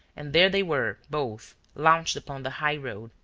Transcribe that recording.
and there they were both, launched upon the high road,